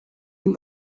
bin